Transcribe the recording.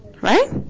Right